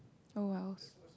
oh wells